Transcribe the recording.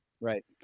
Right